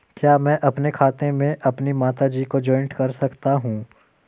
क्या मैं अपने खाते में अपनी माता जी को जॉइंट कर सकता हूँ?